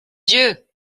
dieu